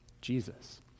Jesus